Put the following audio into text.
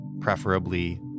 preferably